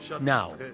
Now